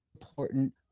important